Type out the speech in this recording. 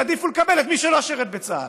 יעדיפו לקבל את מי שלא שירת בצה"ל?